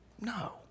No